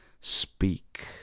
Speak